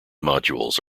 modules